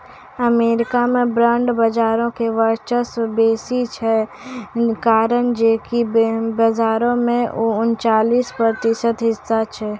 America मे bond बजारो के वर्चस्व बेसी छै, कारण जे कि बजारो मे उनचालिस प्रतिशत हिस्सा छै